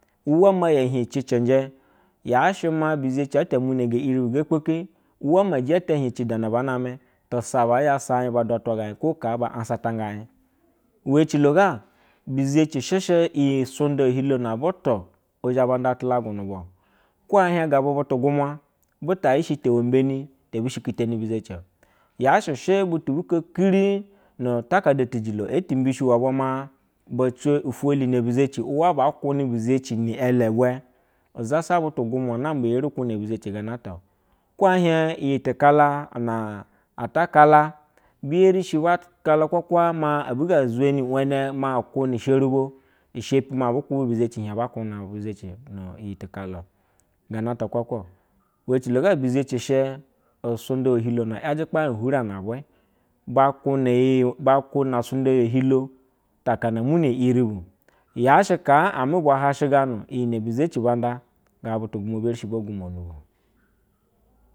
Unwa ma ehi cinje yashɛ maa bezeci ata man imune ge iri buga, lepeke sulamadita hio ci da na baname tusa bazhe sa id ba eluazhime ig ko haa ba antasanga, cilo gabize ci sheshɛ msunda hilo na butu zha nda tu gumua bi ta yashɛ te membeni tebu shiree teni bizecio yashɛ bu ko here me takada tisilo yashe bu ko keri nu takada tisilo etembishi wa bwa ma, bucewa ifelu be bi zeci uwa bakuna bizeci niye bwa uzasa butu gumua namba eri kuna bezeci ganatao, ico ehie iyi tukula ata kala bi eri shiba kala hwahwa mabi ge zuleni wane ma kune sherubo shɛpi ma rue ubu kube bizaci ba kuna buo bushuhse iyituka la ganata kulakwa we eciloga she usunda fihilo na yajɛ ipahi huri anave bakuna sunday ye hilo na hana imune, ambu yashe ame bula hashi ganu nu yine bizeh banda gabu tutu gumuabe eri shibo shikonw.